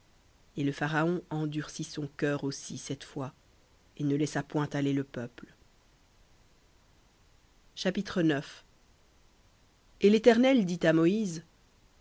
et le pharaon endurcit son cœur aussi cette fois et ne laissa point aller le peuple v chapitre et l'éternel dit à moïse